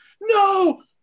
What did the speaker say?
no